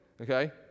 okay